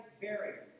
barrier